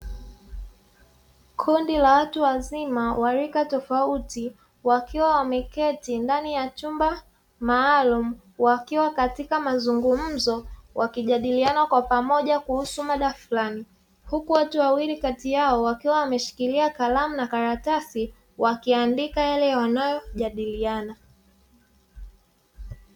Kundi la watu wazima wa rika tofauti, wakiwa wameketi ndani ya chumba maalumu; wakiwa katika mazungumzo, wakijadiliana kwa pamoja kuhusu mada flani, huku watu wawili kati yao wakiwa wameshikilia kalamu na karatasi, wakiandika yale wanayo jadiliana.